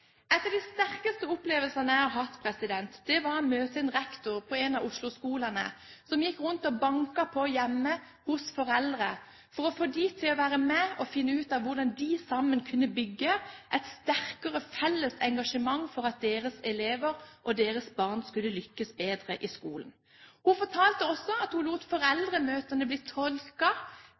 møte en rektor på en av Oslo-skolene som gikk rundt og banket på hjemme hos foreldre for å få dem til å være med og finne ut av hvordan de sammen kunne bygge et sterkere felles engasjement, for at deres elever og deres barn skulle lykkes bedre i skolen. Hun fortalte også at hun lot foreldremøtene bli